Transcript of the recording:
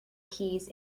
keys